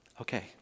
okay